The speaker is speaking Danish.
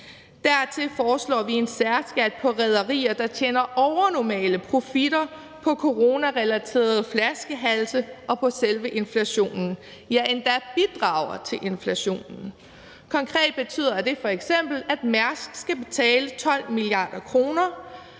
Dertil foreslår vi en særskat på rederier, der tjener overnormale profitter på coronarelaterede flaskehalse og på selve inflationen, ja, som endda bidrager til inflationen. Konkret betyder det f.eks., at Mærsk skal betale 12 mia. kr.